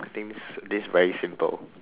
thinks this very simple